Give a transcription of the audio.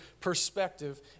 perspective